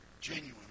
genuine